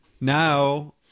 now